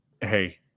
hey